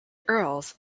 earls